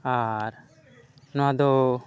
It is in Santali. ᱟᱨ ᱱᱚᱣᱟ ᱫᱚ